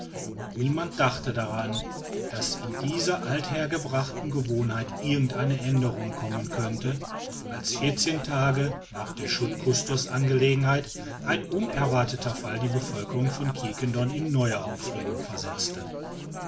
und niemand dachte daran daß in diese althergebrachten gewohnheiten irgend eine aenderung kommen könnte als vierzehn tage nach der schut custos angelegenheit ein unerwarteter fall die bevölkerung von quiquendone in neue aufregung versetzte